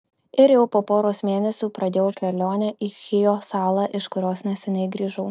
ir jau po poros mėnesių pradėjau kelionę į chijo salą iš kurios neseniai grįžau